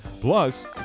Plus